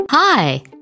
Hi